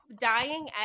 dying